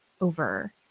over